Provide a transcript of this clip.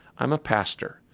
i'm a pastor.